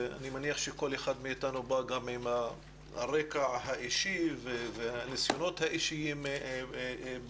אני מניח שכל אחד מאיתנו בא עם הרקע האישי והניסיונות האישיים בנושא,